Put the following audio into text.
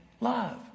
love